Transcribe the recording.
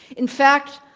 in fact,